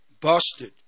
busted